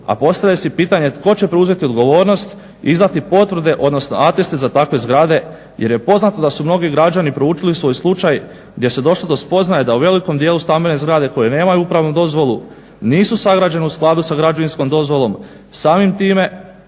a postavlja se pitanje tko će preuzeti odgovornost izdati potvrde, odnosno ateste za takve zgrade. Jer je poznato da su mnogi građani proučili svoj slučaj, gdje se došlo do spoznaje da u velikom djelu stambene zgrade koje nemaju uporabnu dozvolu, nisu sagrađene u skladu sa građevinskom dozvolom. Samim time